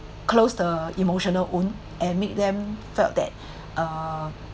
close the emotional own and make them felt that uh